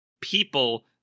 people